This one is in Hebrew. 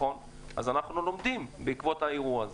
אז אנחנו לומדים בעקבות האירוע הזה.